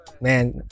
man